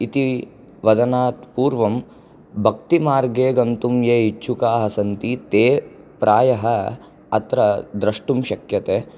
इति वदनात् पूर्वं भक्तिमार्गे गन्तुं ये इच्छुकाः सन्ति ते प्रायः अत्र द्रष्टुं शक्यते